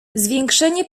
zwiększenie